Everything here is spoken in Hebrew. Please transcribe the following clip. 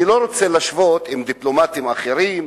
אני לא רוצה להשוות עם דיפלומטים אחרים,